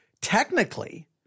technically